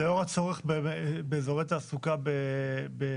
לאור הצורך באזורי תעסוקה בערים,